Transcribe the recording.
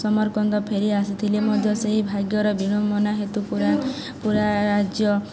Samarkand ଫେରି ଆସିଥିଲେ ମଧ୍ୟ ସେହି ଭାଗ୍ୟର ବିଡ଼ମ୍ବନା ହେତୁ ପୁରା ପୁରା ରାଜ୍ୟ